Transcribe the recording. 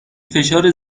فشار